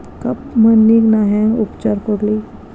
ಕಪ್ಪ ಮಣ್ಣಿಗ ನಾ ಹೆಂಗ್ ಉಪಚಾರ ಕೊಡ್ಲಿ?